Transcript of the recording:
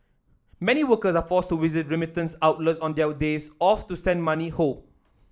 many workers are forced to visit remittance outlets on their days off to send money home